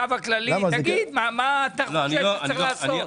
החשב הכללי, תגיד מה אתה חושב שצריך לעשות?